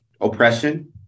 oppression